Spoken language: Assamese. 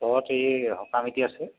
ঘৰত এই সকাম এটি আছে